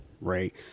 right